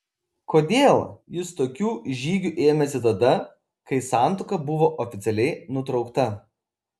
kodėl jis tokių žygių ėmėsi tada kai santuoka buvo oficialiai nutraukta